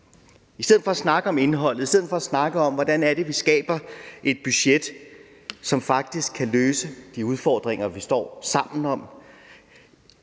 I stedet for at snakke om indholdet, i stedet for at snakke om, hvordan det er, vi skaber et budget, som faktisk kan løse de udfordringer, vi står sammen om,